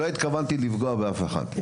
לא התכוונתי לפגוע באף אחד.